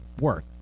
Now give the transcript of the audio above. work